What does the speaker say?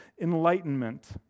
enlightenment